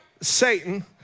Satan